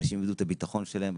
אנשים איבדו את הביטחון שלהם.